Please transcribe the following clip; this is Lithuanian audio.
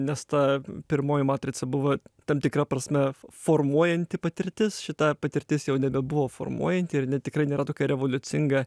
nes ta pirmoji matrica buvo tam tikra prasme f formuojanti patirtis šita patirtis jau nebebuvo formuojanti ir ne tikrai nėra tokia revoliucinga